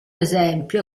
esempio